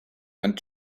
and